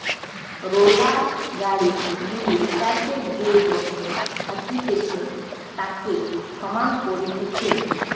roller গাড়ি দিয়ে চাষের যে জমি থাকতিছে তাকে সমান করতিছে